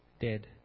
dead